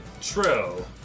True